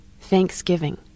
Thanksgiving